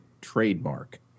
trademark